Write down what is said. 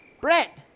Brett